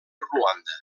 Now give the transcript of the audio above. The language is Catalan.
ruanda